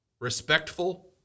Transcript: respectful